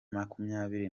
makumyabiri